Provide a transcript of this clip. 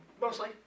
Mostly